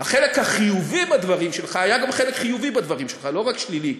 היה גם חלק חיובי בדברים שלך, לא רק שלילי,